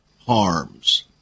harms